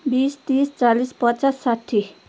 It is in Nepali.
बिस तिस चालिस पचास साठी